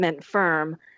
firm